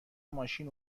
ماشین